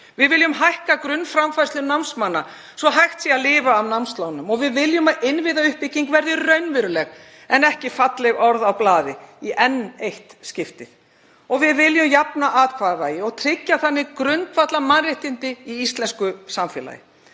Við viljum hækka grunnframfærslu námsmanna svo hægt sé að lifa af námslánum. Við viljum að innviðauppbygging verði raunveruleg en ekki falleg orð á blaði í enn eitt skiptið. Við viljum jafna atkvæðavægi og tryggja þannig grundvallarmannréttindi í íslensku samfélagi.